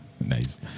Nice